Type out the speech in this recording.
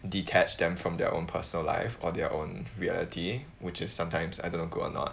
detach them from their own personal life or their own reality which is sometimes I don't know good or not